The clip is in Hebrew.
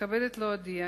מתכבדת להודיע,